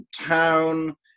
town